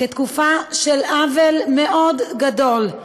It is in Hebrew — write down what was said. כתקופה של עוול מאוד גדול,